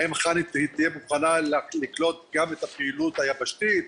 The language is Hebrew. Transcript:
האם חנ"י תהיה מוכנה לקלוט גם את הפעילות היבשתית.